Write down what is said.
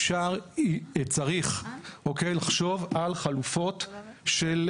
צריך לחשוב על חלופות של דלקים.